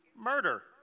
murder